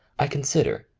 i con sider,